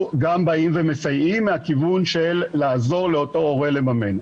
מסייעים מהכיוון של לעזור לאותו הורה לממן.